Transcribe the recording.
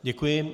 Děkuji.